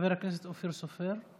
חבר הכנסת אופיר סופר,